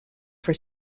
for